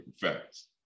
Facts